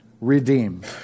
redeemed